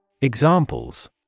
Examples